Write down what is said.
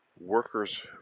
workers